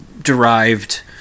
derived